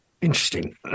Interesting